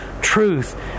Truth